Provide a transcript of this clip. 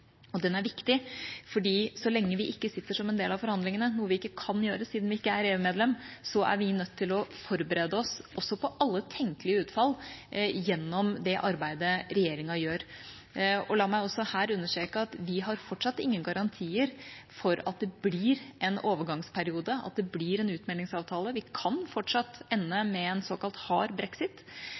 Og den er viktig, for så lenge vi ikke sitter som en del av forhandlingene, noe vi ikke kan gjøre siden vi ikke er EU-medlem, er vi nødt til å forberede oss på alle tenkelige utfall gjennom det arbeidet regjeringa gjør. La meg også her understreke at vi har fortsatt ingen garantier for at det blir en overgangsperiode, at det blir en utmeldingsavtale. Vi kan fortsatt ende med en såkalt hard brexit.